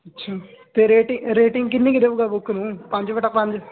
ਅੱਛਾ ਅਤੇੇ rating rating ਕਿੰਨੀ ਕੁ ਦੇਵੇਗਾ ਬੁੱਕ ਨੂੰ ਪੰਜ ਵਟਾ ਪੰਜ